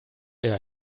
eher